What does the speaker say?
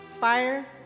Fire